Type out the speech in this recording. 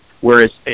whereas